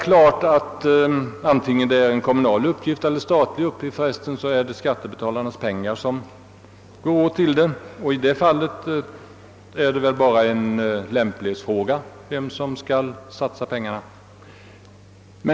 Vare sig det är en kommunal eller statlig uppgift är det givetvis skattebetalarnas pengar som går åt. I så fall är det väl bara en lämplighetsfråga vem som skall satsa pengarna.